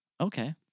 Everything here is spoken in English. Okay